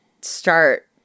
start